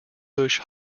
bush